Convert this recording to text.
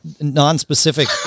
non-specific